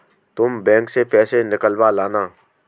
तुम बैंक से पैसे निकलवा लाना